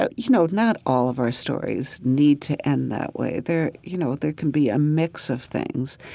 ah you know, not all of our stories need to end that way. there, you know, there can be a mix of things.